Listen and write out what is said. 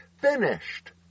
finished